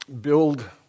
build